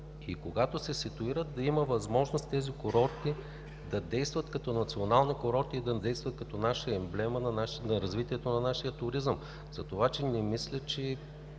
когато се ситуират, да има възможност тези курорти да действат като национални курорти и да действат като емблема за развитието на нашия туризъм. Въпросът Ви беше: